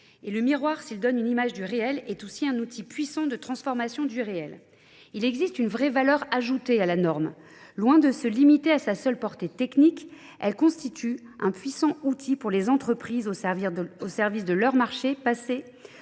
et le miroir, s'il donne une image du réel, est aussi un outil puissant de transformation du réel. Il existe une vraie valeur ajoutée à la norme. Loin de se limiter à sa seule portée technique, elle constitue un puissant outil pour les entreprises au service de leurs marchés passés,